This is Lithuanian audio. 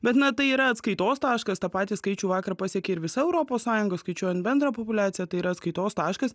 bet na tai yra atskaitos taškas tą patį skaičių vakar pasiekė ir visa europos sąjunga skaičiuojant bendrą populiaciją tai yra atskaitos taškas